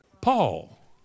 Paul